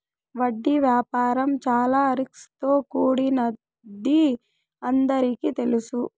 వడ్డీ వ్యాపారం చాలా రిస్క్ తో కూడినదని అందరికీ తెలుసు